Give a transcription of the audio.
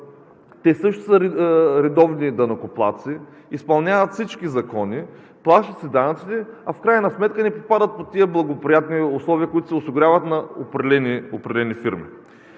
Те също са редовни данъкоплатци, изпълняват всички закони, плащат си данъците, а в крайна сметка не попадат под тези благоприятни условия, които се осигуряват на определени фирми.